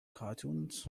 cartoons